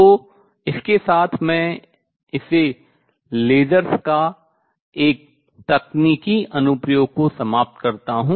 तो इसके साथ मैं इसे Lasers लेज़रों का एक तकनीकी अनुप्रयोग को समाप्त करता हूँ